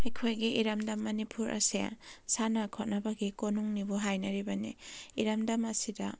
ꯑꯩꯈꯣꯏꯒꯤ ꯏꯔꯝꯗꯝ ꯃꯅꯤꯄꯨꯔ ꯑꯁꯦ ꯁꯥꯟꯅ ꯈꯣꯠꯅꯕꯒꯤ ꯀꯣꯅꯨꯡꯅꯤꯕꯨ ꯍꯥꯏꯅꯔꯤꯕꯅꯤ ꯏꯔꯝꯗꯝ ꯑꯁꯤꯗ